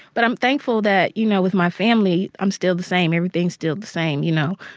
but i'm thankful that, you know, with my family, i'm still the same. everything's still the same. you know,